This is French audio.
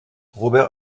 robert